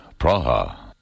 Praha